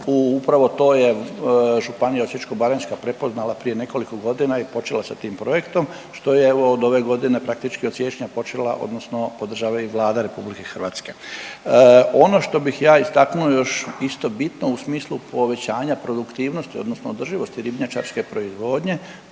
Upravo to je Županija osječko-baranjska prepoznala prije nekoliko godina i počela sa tim projektom što je evo od ove godine praktički od siječnja počela, odnosno podržava i Vlada Republike Hrvatske. Ono što bih ja istaknuo još isto bitno u smislu povećanja produktivnosti, odnosno održivosti ribnjačarske proizvodnje